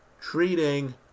treating